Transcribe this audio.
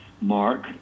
mark